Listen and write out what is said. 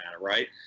right